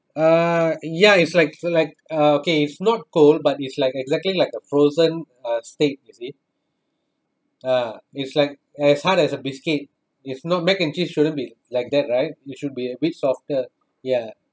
uh ya it's like it's like uh okay it's not cold but it's like exactly like a frozen uh state you see uh it's like as hard as a biscuit if not mac and cheese shouldn't be like that right it should be a bit softer ya